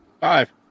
Five